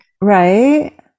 right